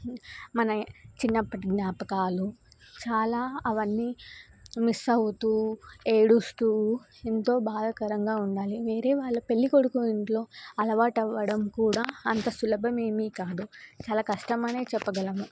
మన చిన్నప్పటి జ్ఞాపకాలు చాలా అవన్నీ మిస్ అవుతూ ఏడుస్తూ ఎంతో బాధకరంగా ఉండాలి వేరే వాళ్ళ పెళ్ళి కొడుకు ఇంట్లో అలవాటు అవ్వడం కూడా అంత సులభమేమీ కాదు చాలా కష్టమనే చెప్పగలము